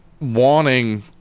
wanting